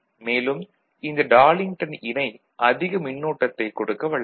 மேலும் இந்த டார்லிங்டன் இணை அதிக மின்னோட்டத்தைக் கொடுக்க வல்லது